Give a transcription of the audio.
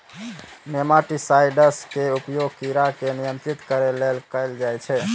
nematicides के उपयोग कीड़ा के नियंत्रित करै लेल कैल जाइ छै